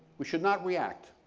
we should not react,